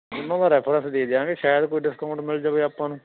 ਉਹਨਾਂ ਦਾ ਰੈਫਰੈਂਸ ਦੇ ਦਿਆਂਗੇ ਸ਼ਾਇਦ ਕੋਈ ਡਿਸਕਾਊਂਟ ਮਿਲ ਜਾਵੇ ਆਪਾਂ ਨੂੰ